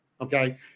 Okay